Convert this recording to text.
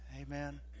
Amen